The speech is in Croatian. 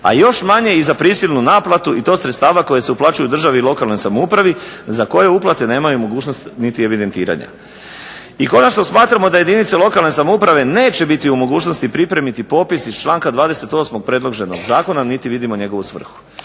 a još manje i za prisilnu naplatu i to sredstava koja se uplaćuju državi i lokalnoj samoupravi za koje uplate nemaju mogućnosti niti evidentiranja. I konačno, smatramo da jedinice lokalne samouprave neće biti u mogućnosti pripremiti popis iz članka 28. predloženog zakona niti vidimo njegovu svrhu.